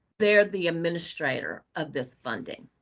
they're the administrator of this funding.